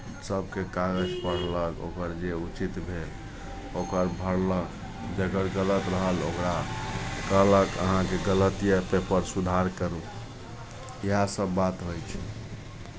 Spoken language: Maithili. सभके कागज पढ़लक ओकर जे उचित भेल ओकर भरलक जेकर गलत रहल ओकरा कहलक अहाँके गलत यए पेपर सुधार करू इएह सभ बात होइ छै